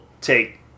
take